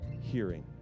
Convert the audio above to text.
hearing